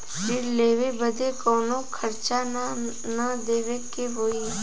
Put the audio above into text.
ऋण लेवे बदे कउनो खर्चा ना न देवे के होई?